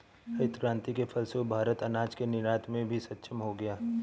हरित क्रांति के फलस्वरूप भारत अनाज के निर्यात में भी सक्षम हो गया